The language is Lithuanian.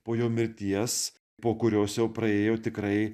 po jo mirties po kurios jau praėjo tikrai